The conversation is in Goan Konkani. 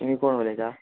तुमी कोण उलयता